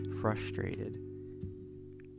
frustrated